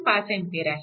5 A आहे